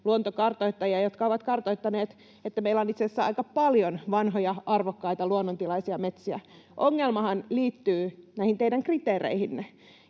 luontokartoittajia, jotka ovat kartoittaneet, että meillä on itse asiassa aika paljon vanhoja, arvokkaita luonnontilaisia metsiä. Ongelmahan liittyy näihin teidän kriteereihinne,